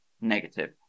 Negative